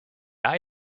eye